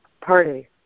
party